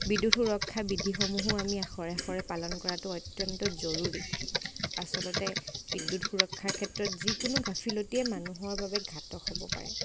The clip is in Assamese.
বিদ্যুৎ সুৰক্ষা বিধিসমূহো আমি আখৰে আখৰে পালন কৰাটো অত্যন্ত জৰুৰী আচলতে বিদ্যুৎ সুৰক্ষাৰ ক্ষেত্ৰত যিকোনো গাফিলতিয়ে মানুহৰ বাবে ঘাতক হ'ব পাৰে